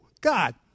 God